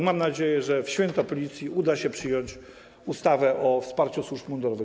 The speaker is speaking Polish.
Mam nadzieję, że w święto Policji uda się przyjąć ustawę o wsparciu służb mundurowych.